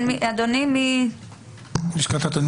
אני מלשכת הטוענים